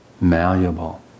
malleable